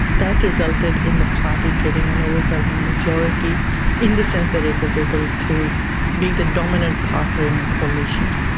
that resulted in the party getting an overwhelming majority in the sense that it was able to be the dominant partner in a coalition.